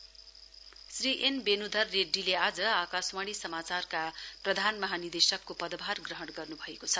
PDG Shri N Venudhar रेड्डीले आज आकाशवाणी समाचार प्रधान महानिदेशकको पदभार ग्रहण गर्नुभएको छ